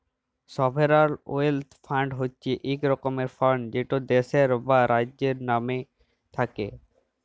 sovereign wealth fund হছে ইক রকমের ফাল্ড যেট দ্যাশের বা রাজ্যের লামে থ্যাকে